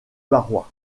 barrois